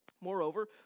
Moreover